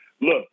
look